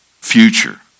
future